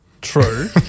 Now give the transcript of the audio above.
True